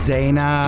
Dana